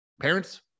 parents